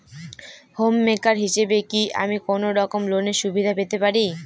Home maker হিসেবে কি আমি কোনো রকম লোনের সুবিধা পেতে পারি?